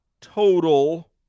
total